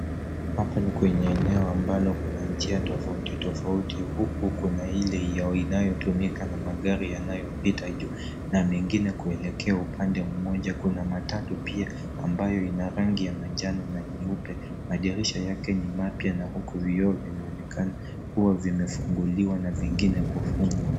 Hapa ni kwenye eneo ambalo kuna njia tofauti tofauti huku kuna Ile inayotumika na magari yanayopita juu na mengine kuelekea upande mmoja. Kuna matatu pia ambayo ina rangi ya manjano na nyeupe . Madirisha yake ni mapya na huku vioo vinaonekana kuwa vimefunguliwa na vingine kufungwa.